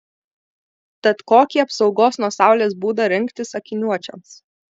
tad kokį apsaugos nuo saulės būdą rinktis akiniuočiams